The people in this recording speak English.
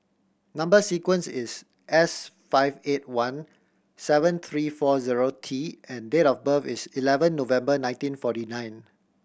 number sequence is S five eight one seven three four zero T and date of birth is eleven November nineteen forty nine